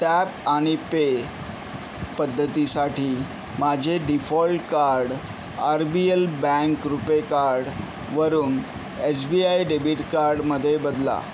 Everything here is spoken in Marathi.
टॅप आणि पे पद्धतीसाठी माझे default card R B L bank RuPay कार्डवरून एस बी आय डेबिट कार्डमध्ये बदला